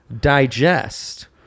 digest